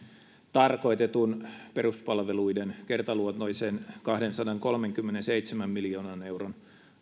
tarkoitetun peruspalveluiden kertaluontoisen kahdensadankolmenkymmenenseitsemän miljoonan euron